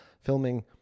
filming